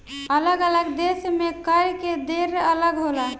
अलग अलग देश में कर के दर अलग होला